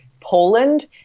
Poland